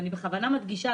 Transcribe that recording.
ואני בכוונה מדגישה,